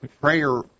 prayer